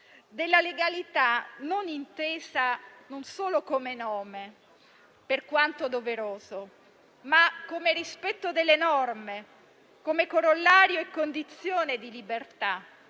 della legalità, intesa non solo come nome, per quanto doveroso, ma come rispetto delle norme e come corollario e condizione di libertà,